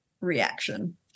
reaction